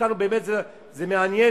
שבאמת זה מעניין,